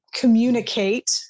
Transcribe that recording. communicate